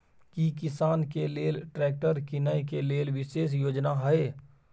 की किसान के लेल ट्रैक्टर कीनय के लेल विशेष योजना हय?